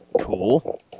Cool